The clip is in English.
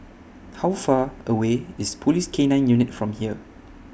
How Far away IS Police K nine Unit from here